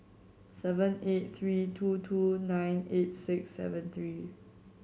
seven eight three two two nine eight six seven three